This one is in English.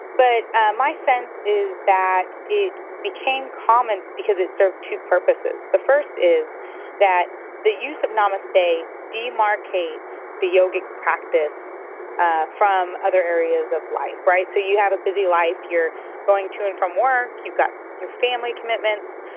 but my sense is that it became common because it serves two purposes the first is that the use of namaste demarcates the yoga practice ah from other areas of life, right? so you have a busy life, you're going to and from work, you've got your family commitments,